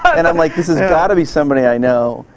and i'm like, this has gotta be somebody i know.